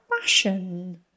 fashion